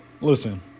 listen